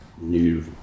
new